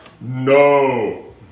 No